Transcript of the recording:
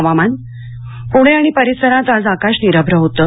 हवामान प्णे आणि परिसरात आज आकाश निरभ्र होतं